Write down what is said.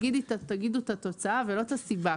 תגידו את התוצאה ולא את הסיבה.